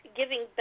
giving